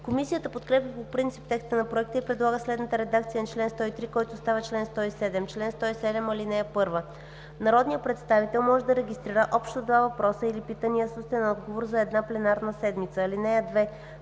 Комисията подкрепя по принцип текста на проекта и предлага следната редакция за чл. 103, който става чл. 107: „Чл. 107. (1) Народният представител може да регистрира общо два въпроса или питания, с устен отговор, за една пленарна седмица.